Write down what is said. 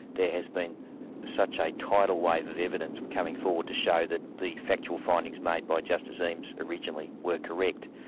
there has been such a tidal wave of evidence coming forward to show that the factual findings made by justice eames originally were correct,